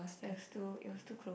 it was too it was too close